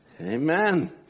Amen